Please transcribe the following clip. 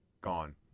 gone